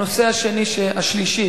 הנושא השלישי,